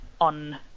on